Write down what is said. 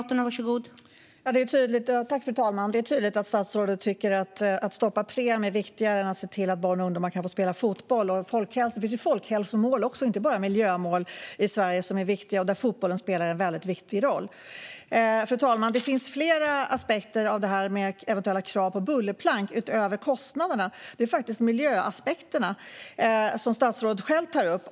Fru talman! Det är tydligt att statsrådet tycker att det är viktigare att stoppa Preem än att se till att barn och ungdomar kan få spela fotboll. Det finns ju inte bara miljömål utan också viktiga folkhälsomål i Sverige, där fotbollen spelar en väldigt viktig roll. Fru talman! Det finns flera aspekter på eventuella krav på bullerplank utöver kostnaderna. Det är faktiskt miljöaspekterna, som statsrådet själv tar upp.